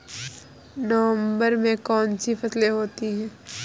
नवंबर में कौन कौन सी फसलें होती हैं?